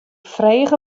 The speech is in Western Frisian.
frege